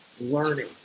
learning